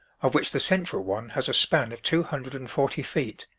of which the central one has a span of two hundred and forty feet,